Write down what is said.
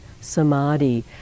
samadhi